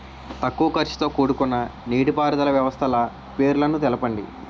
తక్కువ ఖర్చుతో కూడుకున్న నీటిపారుదల వ్యవస్థల పేర్లను తెలపండి?